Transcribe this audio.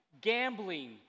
gambling